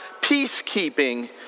peacekeeping